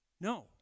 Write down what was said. No